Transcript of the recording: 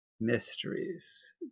mysteries